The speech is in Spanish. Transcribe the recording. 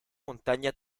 montaña